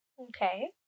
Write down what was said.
Okay